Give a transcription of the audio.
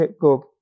go